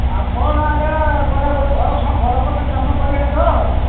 ଆପଣ ଆଜ୍ଞା କହିଲେ ଗୋଟେ ଘର ଘର ଗୋଟେ କାମ କରିବାର ତ ଆଉ